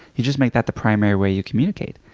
you just make that the primary way you communicate.